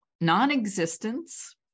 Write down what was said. non-existence